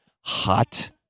hot